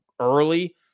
early